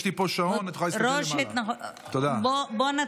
יש לי פה שעון, את יכולה להסתכל למעלה.